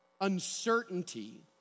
uncertainty